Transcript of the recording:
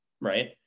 Right